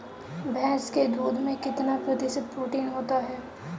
भैंस के दूध में कितना प्रतिशत प्रोटीन होता है?